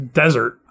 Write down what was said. desert